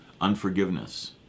unforgiveness